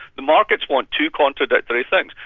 the markets want two contradictory things.